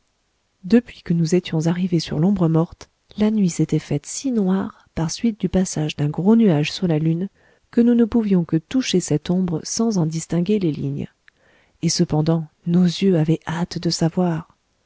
depuis que nous étions arrivés sur l'ombre morte la nuit s'était faite si noire par suite du passage d'un gros nuage sur la lune que nous ne pouvions que toucher cette ombre sans en distinguer les lignes et cependant nos yeux avaient hâte de savoir